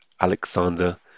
Alexander